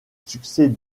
succès